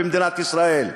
במדינת ישראל.